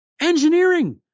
Engineering